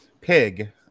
Pig